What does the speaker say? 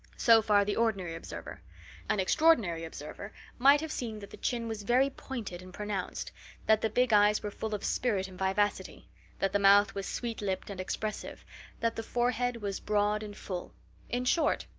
so far, the ordinary observer an extraordinary observer might have seen that the chin was very pointed and pronounced that the big eyes were full of spirit and vivacity that the mouth was sweet-lipped and expressive that the forehead was broad and full in short,